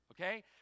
okay